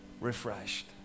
refreshed